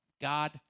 God